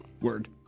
Word